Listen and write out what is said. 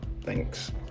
Thanks